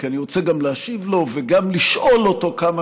כי אני רוצה גם להשיב לו וגם לשאול אותו כמה